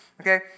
okay